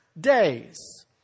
days